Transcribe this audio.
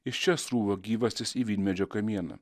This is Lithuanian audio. iš čia srūva gyvastis į vynmedžio kamieną